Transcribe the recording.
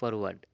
forward